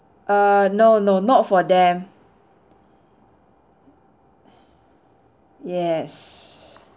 err no no not for them yes